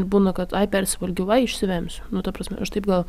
būna kad ai persivalgiau va išsivemsiu nu ta prasme aš taip gal